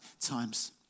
times